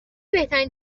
بهترین